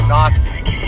Nazis